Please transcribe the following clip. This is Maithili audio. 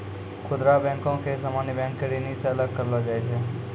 खुदरा बैको के सामान्य बैंको के श्रेणी से अलग करलो जाय छै